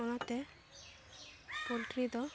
ᱚᱱᱟᱛᱮ ᱯᱳᱞᱴᱨᱤ ᱫᱚ